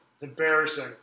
Embarrassing